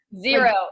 Zero